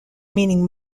meaning